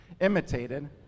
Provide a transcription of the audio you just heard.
imitated